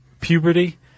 puberty